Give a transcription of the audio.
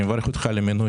אני מברך אותך על המינוי.